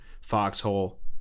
foxhole